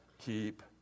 Keep